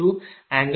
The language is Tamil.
210